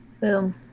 Boom